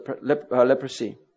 leprosy